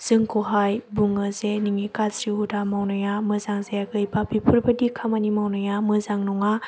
जोंखौहाय बुङो जे नोंनि गाज्रि हुदा मावनाया मोजां जायाखै एबा बेफोरबादि खामानि मावनाया मोजां नङा